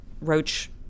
Roach